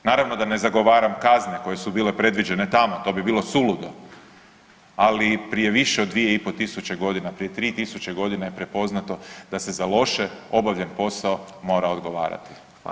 Naravno da ne zagovaram kazne koje su bile predviđene tamo to bi bilo suludo, ali prije više od 2 i po tisuće godina, prije 3 tisuća godina je prepoznato da se za loše obavljen posao mora odgovarati.